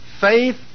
faith